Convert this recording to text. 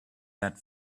that